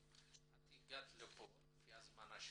את הגעת לפה לפי ההזמנה שלנו.